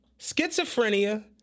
schizophrenia